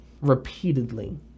repeatedly